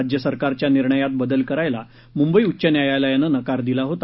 राज्य सरकारच्या निर्णयात बदल करायला मुंबई उच्च न्यायालयानं नकार दिला होता